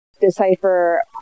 decipher